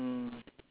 mm